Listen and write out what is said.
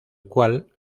cual